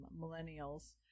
millennials